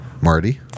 Marty